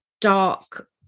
dark